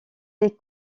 des